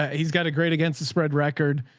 he's got a great against the spread record.